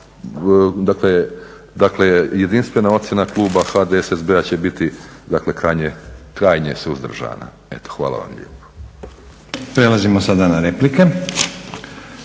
dakle jedinstvena ocjena kluba HDSSB-a će biti krajnje suzdržana. Eto hvala vam lijepo. **Stazić, Nenad